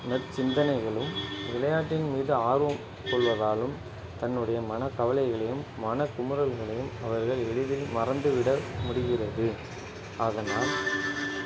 நற்சிந்தனைகளும் விளையாட்டின் மீது ஆர்வம் கொள்வதாலும் தன்னுடைய மனக் கவலைகளையும் மன குமுறல்களையும் அவர்கள் எளிதில் மறந்து விட முடிகிறது அதனால்